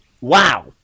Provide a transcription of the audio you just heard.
wow